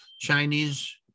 Chinese